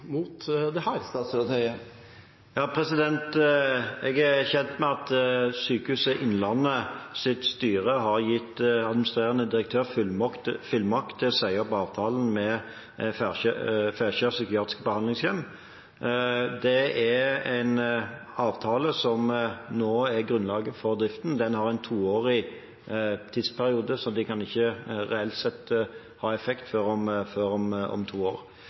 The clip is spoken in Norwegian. mot dette? Jeg er kjent med at Sykehuset Innlandets styre har gitt administrerende direktør fullmakt til å si opp avtalen med Fekjær psykiatriske senter. Det er en avtale som nå er grunnlaget for driften – den har en toårig tidsperiode, så dette kan ikke reelt sett ha effekt før om